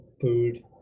food